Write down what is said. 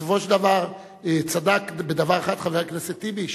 בסופו של דבר צדק בדבר אחד חבר הכנסת טיבי,